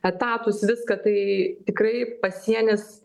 etatus viską tai tikrai pasienis